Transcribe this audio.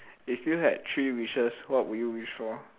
if you had three wishes what would you wish for